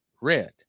Red